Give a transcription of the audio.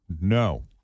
No